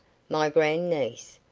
my grand-niece,